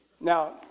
Now